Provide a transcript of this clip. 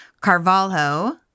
Carvalho